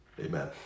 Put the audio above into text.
Amen